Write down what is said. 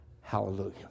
Hallelujah